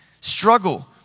Struggle